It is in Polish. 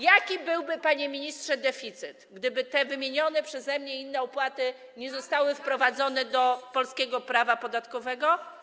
Jaki byłby, panie ministrze, deficyt, gdyby te wymienione przeze mnie inne opłaty nie zostały wprowadzone do polskiego prawa podatkowego?